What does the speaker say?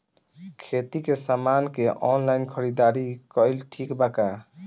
खेती के समान के ऑनलाइन खरीदारी कइल ठीक बा का?